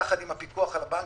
יחד עם הפיקוח על הבנקים,